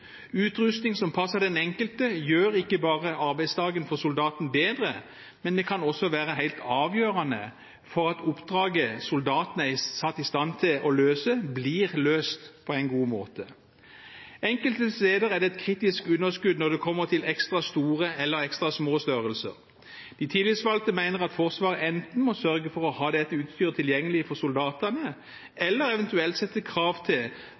Utrustning som passer den enkelte, gjør ikke bare arbeidsdagen for soldaten bedre, men det kan også være helt avgjørende for at oppdraget soldaten er satt til å løse, blir løst på en god måte. Enkelte steder er det et kritisk underskudd når det kommer til ekstra store eller ekstra små størrelser. De tillitsvalgte mener at Forsvaret enten må sørge for å ha dette utstyret tilgjengelig for soldatene, eller eventuelt sette krav til